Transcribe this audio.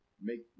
Make